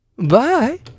bye